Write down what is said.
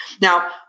Now